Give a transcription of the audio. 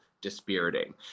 Dispiriting